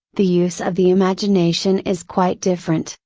the use of the imagination is quite different,